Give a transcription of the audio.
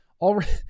Already